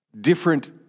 different